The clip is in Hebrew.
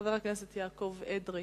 חבר הכנסת יעקב אדרי,